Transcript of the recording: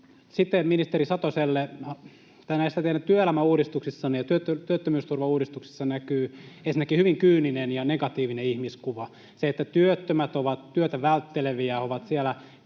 Sitten ministeri Satoselle: Näissä teidän työelämäuudistuksissanne ja työttömyysturvauudistuksessanne näkyy ensinnäkin hyvin kyyninen ja negatiivinen ihmiskuva: se, että työttömät ovat työtä vältteleviä, ovat siellä